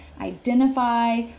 identify